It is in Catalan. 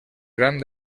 gran